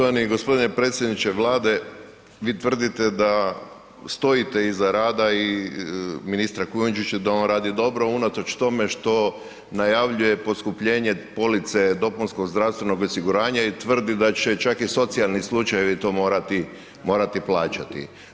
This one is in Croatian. Poštovani gospodine predsjedniče Vlade, vi tvrdite da stojite iza rada i ministra Kujundžića da on radi dobro unatoč tome što najavljuje poskupljenje police dopunskog zdravstvenog osiguranja i tvrdi da će čak i socijalni slučajevi to morati plaćati.